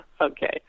Okay